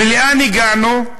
ולאן הגענו?